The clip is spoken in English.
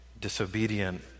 disobedient